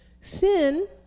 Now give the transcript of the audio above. Sin